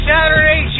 Saturday